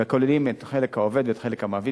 וכוללים את חלק העובד ואת חלק המעביד,